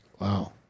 Wow